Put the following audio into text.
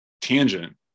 tangent